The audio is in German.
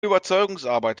überzeugungsarbeit